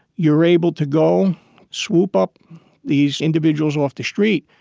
you're able to go swoop up these individuals off the street,